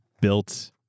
built